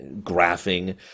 graphing